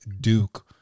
Duke